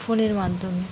ফোনের মাধ্যমে